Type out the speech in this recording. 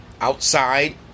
outside